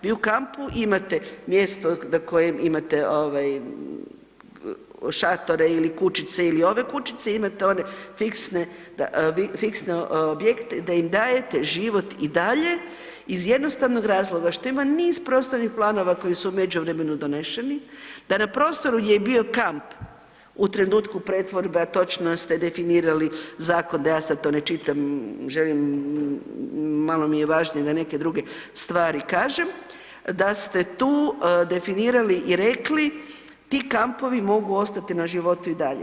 Vi u kampu imate mjesto na kojem imate šatore ili kućice ili ove kućice, imate one fiksne objekte, da im dajete život i dalje iz jednostavnog razloga što ima niz prostornih planova koji su u međuvremenu doneseni, da na prostoru gdje je bio kamp u trenutku pretvorbe, a točno ste definirali zakon, da ja sad to ne čitam, želim, malo mi je važnije da neke druge stvari kažem, da ste tu definirali i rekli, ti kampovi mogu ostati na životu i dalje.